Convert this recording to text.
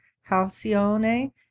Halcyone